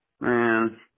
man